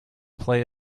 play